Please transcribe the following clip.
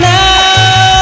now